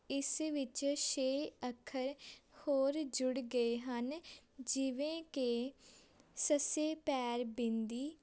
ਇਸ ਵਿੱਚ ਛੇ ਅੱਖਰ ਹੋਰ ਜੁੜ ਗਏ ਹਨ ਜਿਵੇਂ ਕਿ ਸ ਪੈਰ ਬਿੰਦੀ